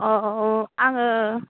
अ आङो